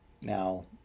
now